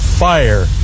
fire